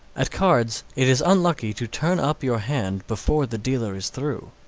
at cards, it is unlucky to turn up your hand before the dealer is through.